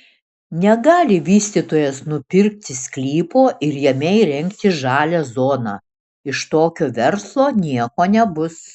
negali vystytojas nupirkti sklypo ir jame įrengti žalią zoną iš tokio verslo nieko nebus